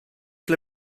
ble